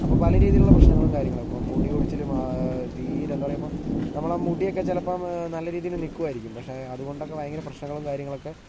അപ്പോൾ പല രീതിയിലുള്ള പ്രശ്നങ്ങളും കാര്യങ്ങളും ഇപ്പോൾ മുടികൊഴിച്ചലും തീരെ എന്താ പറയുക ഇപ്പോൾ നമ്മളെ ആ മുടിയൊക്കെ ചിലപ്പോൾ നല്ല രീതിയില് നിൽക്കുമായിരിക്കും പക്ഷെ അതുകൊണ്ടൊക്കെ ഭയങ്കര പ്രശ്നങ്ങളും കാര്യങ്ങളൊക്കെ